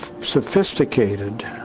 sophisticated